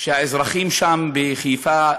שהאזרחים שם בחיפה,